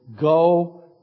go